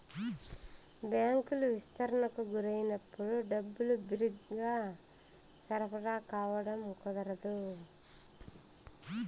బ్యాంకులు విస్తరణకు గురైనప్పుడు డబ్బులు బిరిగ్గా సరఫరా కావడం కుదరదు